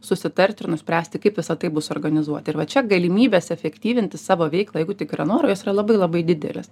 susitart ir nuspręsti kaip visa tai bus suorganizuota ir va čia galimybės efektyvinti savo veiklą jeigu tik yra noro jos yra labai labai didelės